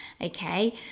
Okay